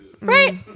Right